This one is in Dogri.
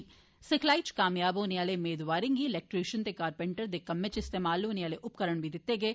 ट्रैनिंग च कामयाब होने आहले मेदवारें गी इलैक्ट्रिश्यन ते कारपेन्टर दे कम्मै च इस्तेमाल होने आहले उपकरण बी दिते गे